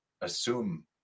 assume